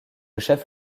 chef